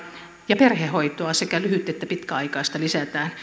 ja perhehoitoa sekä lyhyt että pitkäaikaista lisätään